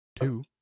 two